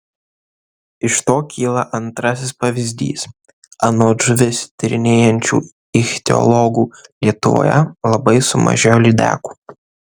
iš to kyla antrasis pavyzdys anot žuvis tyrinėjančių ichtiologų lietuvoje labai sumažėjo lydekų